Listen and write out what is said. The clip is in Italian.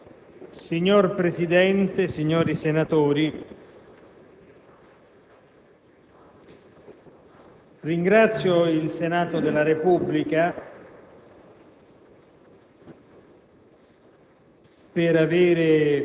Signor Presidente, signori senatori, ringrazio il Senato della Repubblica